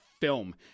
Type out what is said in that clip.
film